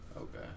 Okay